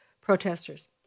protesters